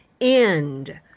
end